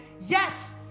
Yes